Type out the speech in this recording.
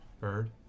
bird